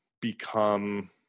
become